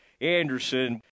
Anderson